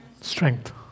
strength